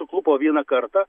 suklupo vieną kartą